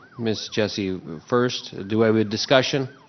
miss jessie first. do i have a discussion?